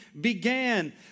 began